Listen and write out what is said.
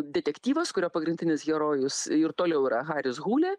detektyvas kurio pagrindinis herojus ir toliau yra haris hūlė